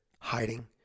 hiding